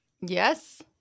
Yes